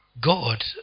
God